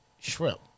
Shrimp